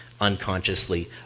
unconsciously